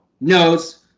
knows